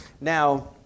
now